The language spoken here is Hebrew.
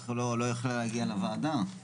לא יכלה להגיע לוועדה?